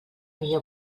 millor